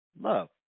Love